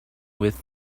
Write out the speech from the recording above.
with